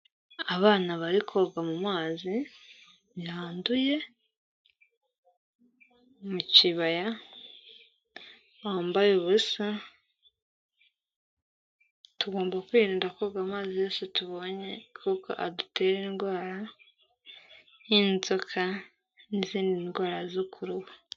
Abana bari koga mu mazi yanduye mu kibaya, bambaye ubusa, tugomba kwirinda koga amazi yose tubonye kuko adutera indwara nk'inzoka n'izindi ndwara zo ku ruhu.